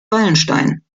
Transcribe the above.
wallenstein